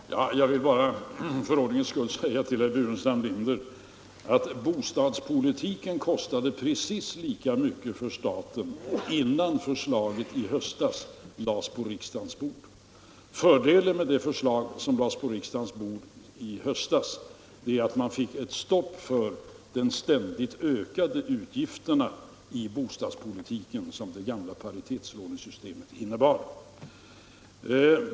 Herr talman! Jag vill bara för ordningens skull säga till herr Burenstam Linder att bostadspolitiken kostade precis lika mycket för staten innan förslaget i höstas lades på riksdagens bord, men tidigare i form av lån med små utsikter att driva in i framtiden. Fördelen med det förslag som lades på riksdagens bord i höstas var att man fick ett stopp för de ständigt ökade låneutgifterna i bostadspolitiken som det gamla paritetslånesystemet innebar.